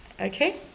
Okay